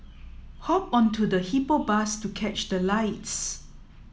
hop onto the Hippo Bus to catch the lights